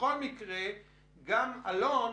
שבכל מקרה גם אלון